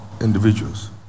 individuals